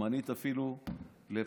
אפילו זמנית,